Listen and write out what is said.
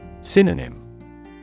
Synonym